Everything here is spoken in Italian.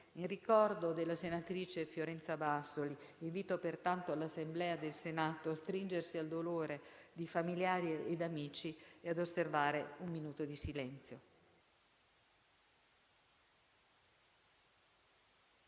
In ricordo della senatrice Fiorenza Bassoli, invito pertanto l'Assemblea del Senato a stringersi al dolore di familiari ed amici e ad osservare un minuto di silenzio.